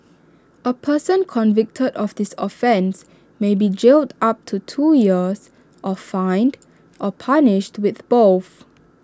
A person convicted of this offence may be jailed up to two years or fined or punished with both